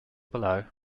below